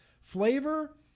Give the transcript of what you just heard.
Flavor